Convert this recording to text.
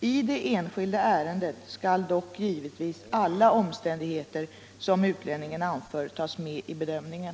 I det enskilda ärendet skall dock givetvis alla omständigheter som utlänningen anför tas med i bedömningen.